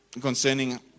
concerning